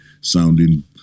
sounding